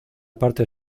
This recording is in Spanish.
parte